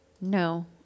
No